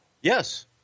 Yes